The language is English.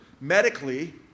medically